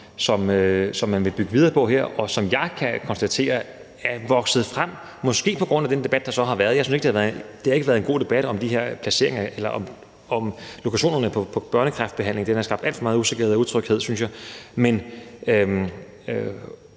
som man her vil bygge videre på, og som jeg kan konstatere er vokset frem, måske på grund af den debat, der har så været. Jeg synes ikke, det har været en god debat om de her placeringer eller om lokationerne på børnekræftbehandlingen, for den har skabt alt for meget usikkerhed og utryghed, også